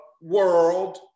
world